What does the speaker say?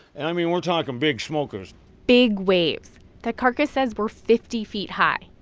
and, i mean, we're talking big smokers big waves that carcass says were fifty feet high.